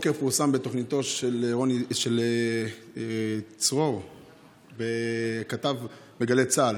הבוקר פורסם בתוכניתו של צרור בגלי צה"ל,